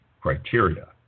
criteria